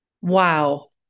Wow